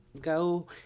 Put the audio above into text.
go